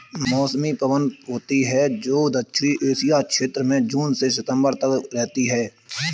मौसमी पवन होती हैं, जो दक्षिणी एशिया क्षेत्र में जून से सितंबर तक रहती है